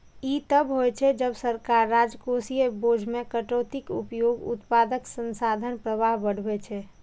ई तब होइ छै, जब सरकार राजकोषीय बोझ मे कटौतीक उपयोग उत्पादक संसाधन प्रवाह बढ़बै छै